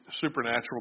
Supernatural